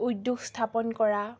উদ্যোগ স্থাপন কৰা